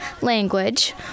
language